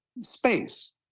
space